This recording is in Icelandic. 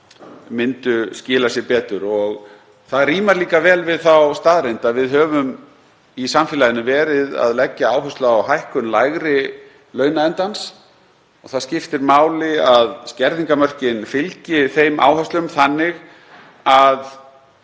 skili sér betur. Það rímar líka vel við þá staðreynd að við höfum í samfélaginu verið að leggja áherslu á hækkun lægri launaendans og það skiptir máli að skerðingarmörkin fylgi þeim áherslum þannig að